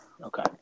Okay